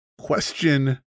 Question